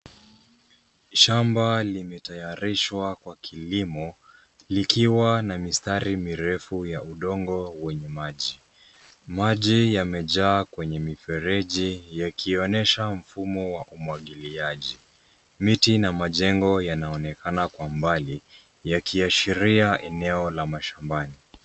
Shamba limetayarishwa kwa kilimo, likiwa na mistari mirefu ya udongo, wenye maji. Maji yamejaa kwenye mifereji yakionyesha mfumo wa umwa giliaji. Miti na majengo yanaonekana kwa mbali, yakiashiria eneo la mashambani.